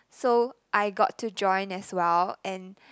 so I got to join as well and